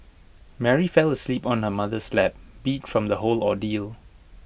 Mary fell asleep on her mother's lap beat from the whole ordeal